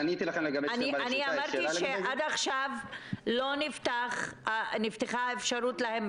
עד עכשיו לא נפתחה האפשרות להם.